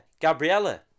gabriella